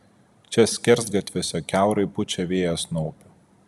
čia skersgatviuose kiaurai pučia vėjas nuo upių